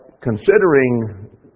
considering